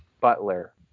butler